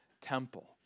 temple